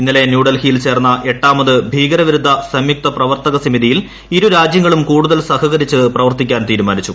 ഇന്നലെ ന്യൂഡൽഹിയിൽ ചേർന്ന എട്ടാമത് ഭീകരവിരുദ്ധ സംയുക്ത പ്രവർത്തക സമിതിയിൽ ഇരുരാജ്യങ്ങളും കൂടുതൽ സഹകരിച്ചു പ്രവർത്തിക്കാൻ തീരുമാനിച്ചു